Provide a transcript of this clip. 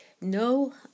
No